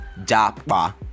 japa